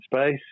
space